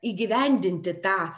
įgyvendinti tą